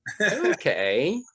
okay